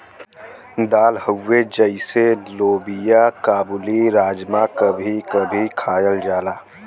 दाल हउवे जइसे लोबिआ काबुली, राजमा कभी कभी खायल जाला